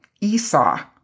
Esau